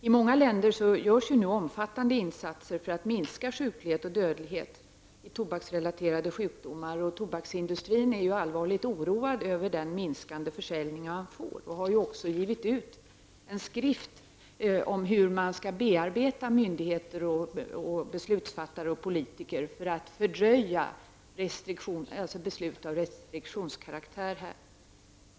I många länder görs nu omfattande insatser för att minska sjuklighet och dödlighet i tobaksrelaterade sjukdomar, och tobaksindustrin är allvarligt oroad över den minskande försäljningen och har också givit ut en skrift om hur man skall bearbeta myndigheter, beslutsfattare och politiker för att fördröja beslut av restriktionskaraktär på det här området.